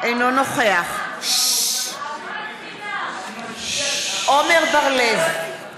אינו נוכח יואב בן צור, מצביע איל בן ראובן,